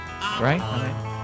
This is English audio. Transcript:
right